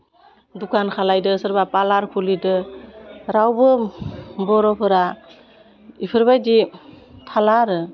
दुखान खालायदों सोरबा पारलार खुलिदों रावबो बर'फोरा बिफोरबायदि थाला आरो